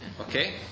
Okay